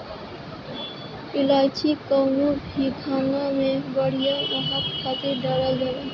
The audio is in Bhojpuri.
इलायची कवनो भी खाना में बढ़िया महक खातिर डालल जाला